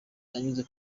anyuze